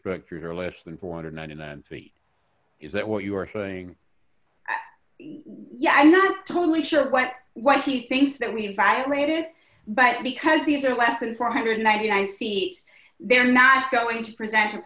spectrum are less than four hundred and ninety nine feet is that what you're saying yeah i'm not totally sure what what he thinks that means i read it but because these are less than four hundred and ninety nine feet they're not going to present a